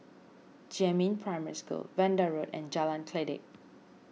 Jiemin Primary School Vanda Road and Jalan Kledek